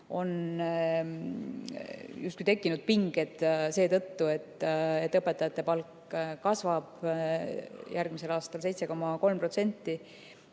on justkui tekkinud pinged seetõttu, et õpetajate palk kasvab järgmisel aastal 7,3%,